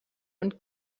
und